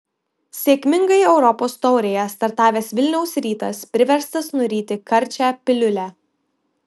sėkmingai europos taurėje startavęs vilniaus rytas priverstas nuryti karčią piliulę